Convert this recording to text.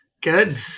Good